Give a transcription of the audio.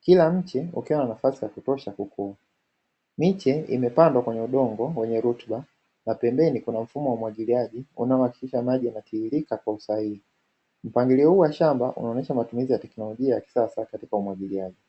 Kila mtu ukiwa na nafasi ya kutosha kukua Miche imepandwa kwenye udongo wenye rutuba na pembeni kuna mfumo wa umwagiliaji unaohakikisha maji yanatiririka kwa usahihi Mpangilio wa shamba unaonyesha matumizi ya teknolojia ya kisasa katika umwagiliaji